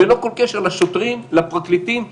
ללא כל קשר לשוטרים, לפרקליטים שיגיעו,